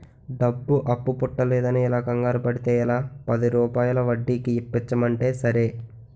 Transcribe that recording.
డబ్బు అప్పు పుట్టడంలేదని ఇలా కంగారు పడితే ఎలా, పదిరూపాయల వడ్డీకి ఇప్పించమంటే సరే